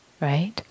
right